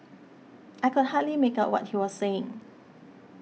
I could hardly make out what he was saying